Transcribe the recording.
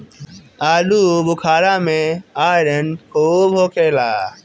आलूबुखारा में आयरन खूब होखेला